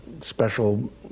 special